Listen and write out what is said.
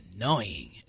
annoying